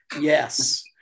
yes